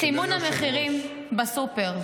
סימון המחירים בסופר.